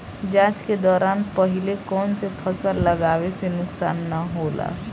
जाँच के दौरान पहिले कौन से फसल लगावे से नुकसान न होला?